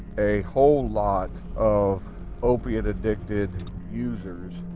a whole lot of opiate addicted users,